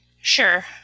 Sure